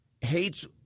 hates